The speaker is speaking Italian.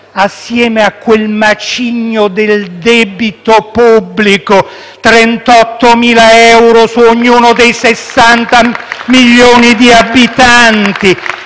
assieme a quel macigno del debito pubblico - 38.000 euro su ognuno dei 60 milioni di abitanti